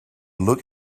look